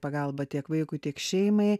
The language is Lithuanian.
pagalbą tiek vaikui tiek šeimai